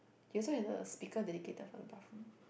he also has a speaker dedicated for the bathroom